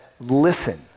listen